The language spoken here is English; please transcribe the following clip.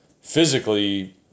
physically